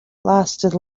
lasted